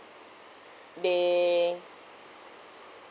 they